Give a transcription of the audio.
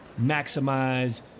maximize